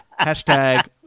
Hashtag